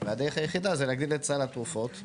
והדרך היחידה היא להגדיל את סל התרופות.